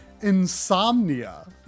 insomnia